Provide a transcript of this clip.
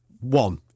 One